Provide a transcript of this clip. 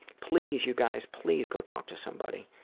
please, you guys, please go talk to somebody.